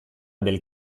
del